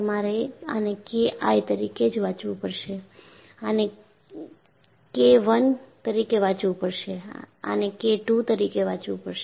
તમારે આને K I તરીકે જ વાંચવું પડશે આને K II તરીકે વાંચવું પડશે અને K III તરીકે વાંચવું પડશે